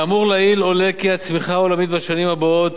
מהאמור לעיל עולה כי הצמיחה העולמית בשנים הבאות